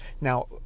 Now